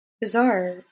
bizarre